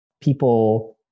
people